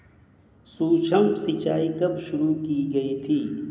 सूक्ष्म सिंचाई कब शुरू की गई थी?